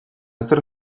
zerk